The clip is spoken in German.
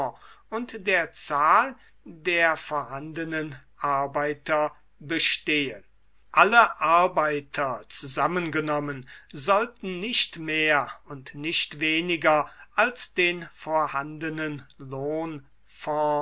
und der zahl der vorhandenen arbeiter bestehe alle arbeiter zusammengenommen sollten nicht mehr und nicht weniger als den vorhandenen